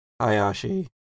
Hayashi